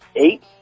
Eight